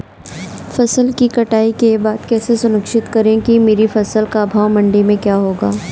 फसल की कटाई के बाद कैसे सुनिश्चित करें कि मेरी फसल का भाव मंडी में क्या होगा?